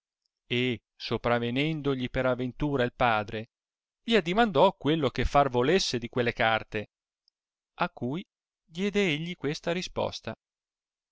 e sopravenendogli per aventura il padre gli adimandò quello che far volesse di quelle carte a cui diede egli questa risposta